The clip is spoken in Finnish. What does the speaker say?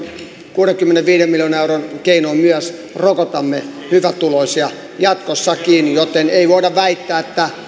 kuudenkymmenenviiden miljoonan euron keinoin myös rokotamme hyvätuloisia jatkossakin joten ei voida väittää että